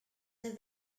have